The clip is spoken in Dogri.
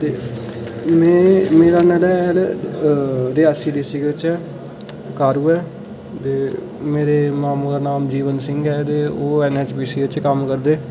ते में मेरा ननेहाल रियासी डिस्ट्रिक्ट च ऐ कारूए ते मेरे मामू दा नाम जीवन सिंह ऐ ते ओह् एमपीएचसी च कम्म करदे